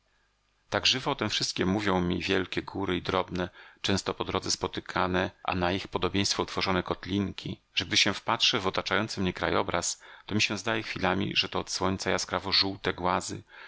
o tem wszystkiem mówią mi wielkie góry i drobne często po drodze spotykane a na ich podobieństwo utworzone kotlinki że gdy się wpatrzę w otaczający mnie krajobraz to mi się zdaje chwilami że te od słońca jaskrawo żółte głazy